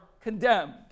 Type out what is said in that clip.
condemned